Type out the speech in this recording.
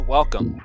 Welcome